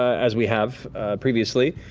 as we have previously.